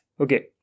okay